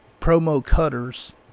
promo-cutters